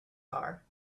are